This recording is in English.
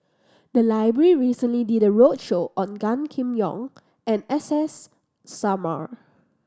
the library recently did a roadshow on Gan Kim Yong and S S Sarma